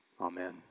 Amen